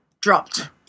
dropped